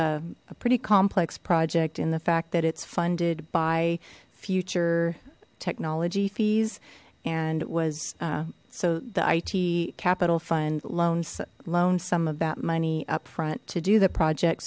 a pretty complex project in the fact that it's funded by future technology fees and was so the ite capital fund loans loan some of that money up front to do the project